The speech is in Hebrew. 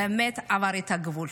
באמת עבר את הגבול.